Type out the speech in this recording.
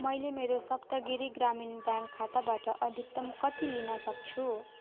मैले मेरो सप्तगिरि ग्रामीण ब्याङ्क खाताबाट अधिकतम कति लिन सक्छु